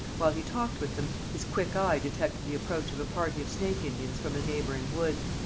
while he talked with them, his quick eye detected the approach of a party of snake indians from a neighbouring wood.